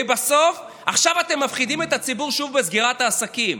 בסוף עכשיו אתם מפחידים את הציבור שוב בסגירת העסקים.